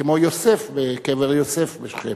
כמו יוסף בקבר יוסף בשכם.